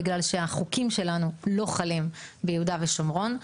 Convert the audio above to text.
בגלל שהחוקים שלנו לא חלים ביהודה ושומרון,